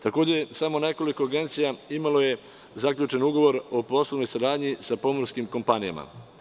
Takođe, samo nekoliko agencija imalo je zaključen ugovor o poslovnoj saradnji sa pomorskim kompanijama.